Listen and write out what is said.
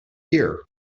year